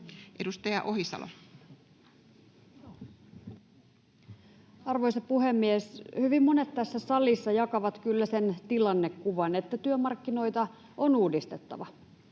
16:25 Content: Arvoisa puhemies! Hyvin monet tässä salissa jakavat kyllä sen tilannekuvan, että työmarkkinoita on uudistettava